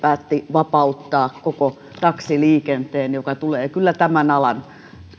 vapauttaa koko taksiliikenteen mikä tulee kyllä tämän alan